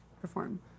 perform